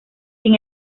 sin